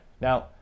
Now